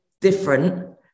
different